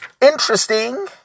interesting